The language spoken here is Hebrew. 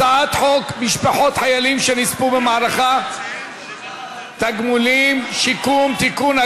הצעת חוק משפחות חיילים שנספו במערכה (תגמולים ושיקום) (תיקון,